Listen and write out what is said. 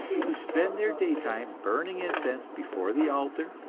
who spend their day-time burning incense before the altar,